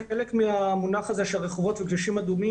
חלק מהמונח הזה של רחובות וכבישים אדומים